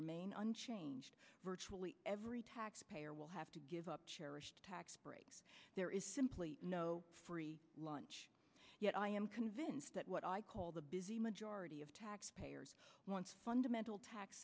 remain unchanged virtually every taxpayer will have to give up cherished tax breaks there is simply no free lunch yet i am convinced that what i call the busy majority of tax payers wants fundamental